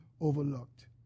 overlooked